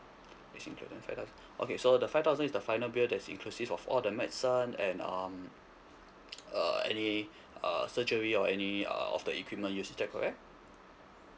is included in five thousand okay so the five thousand is the final bill that's inclusive of all the medicine and um uh any err surgery or any uh of the equipment used is that correct